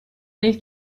nel